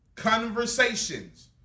Conversations